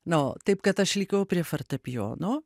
nu taip kad aš likau prie fortepijono